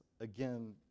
again